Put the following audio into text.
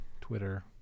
Twitter